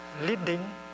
leading